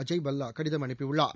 அஜய் பல்லா கடிதம் அனுப்பியுள்ளார்